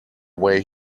way